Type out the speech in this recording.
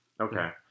Okay